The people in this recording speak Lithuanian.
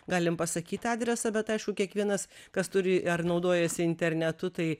galim pasakyt adresą bet aišku kiekvienas kas turi ar naudojasi internetu tai